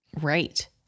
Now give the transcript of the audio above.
Right